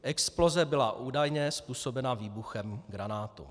Exploze byla údajně způsobena výbuchem granátu.